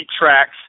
tracks